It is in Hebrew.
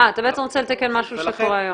אתה בעצם רוצה לתקן משהו שקורה היום.